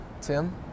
Tim